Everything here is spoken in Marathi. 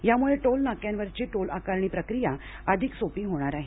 यामुळे टोल नाक्यांवरची टोल आकारणी प्रक्रिया अधिक सोपी होणार आहे